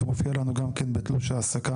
זה מופיע לנו גם כן בתלוש העסקה,